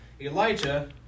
Elijah